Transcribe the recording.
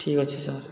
ଠିକ୍ ଅଛି ସାର୍